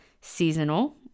seasonal